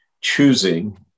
choosing